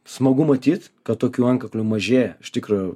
smagu matyt kad tokių antkaklių mažėja iš tikro